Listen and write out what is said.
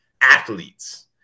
athletes